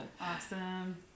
Awesome